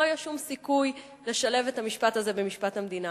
לא יהיה שום סיכוי לשלב את המשפט הזה במשפט המדינה.